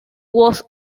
was